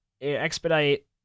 expedite